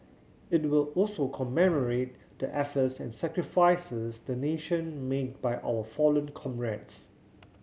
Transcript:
it will also commemorate the efforts and sacrifices the nation made by our fallen comrades